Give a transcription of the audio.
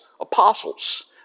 apostles